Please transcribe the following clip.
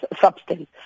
substance